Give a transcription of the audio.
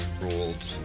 ruled